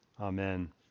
Amen